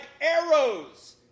arrows